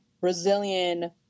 Brazilian